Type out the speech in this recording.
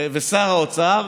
ושר האוצר,